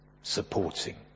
supporting